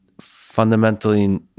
fundamentally